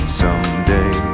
someday